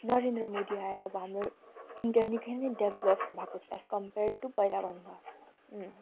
नरेन्द्र मोदी आएर अब हाम्रो इन्डिया पनि निक्कै नै डेभलप भएको छ एज कम्पेर टु पहिलाभन्दा अँ